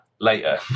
later